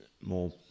more